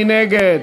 מי נגד?